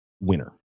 winner